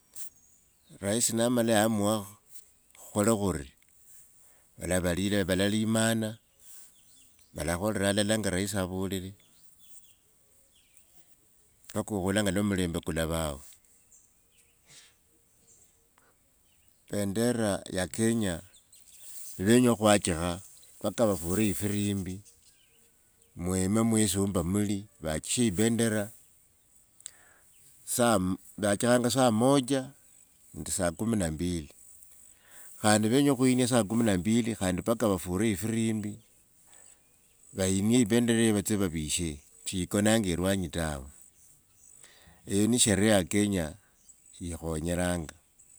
Raisi namala yamua kh- khukhole khuri valevlilevalalimana, valakhora alala shinga raisi avolile, baka khula enga lwa mulembe kulivao. Pendera ya kenya, nivenya okhwachikha, paka vafure ifirimbi, mwime mwisi wumba nimuli, vachiri ipendera sam vachikhanga saa moja, nende saa kumi na mbili khandi nivenya khuinia saa kumi khandi paka vafure ifirimbi, yayinie ependereyo vatsye vavishe, sheikonanga elwanyi tawe eyo nio esheria ya kenya ikhonyelanga.